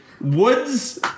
Woods